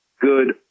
good